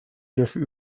dürfen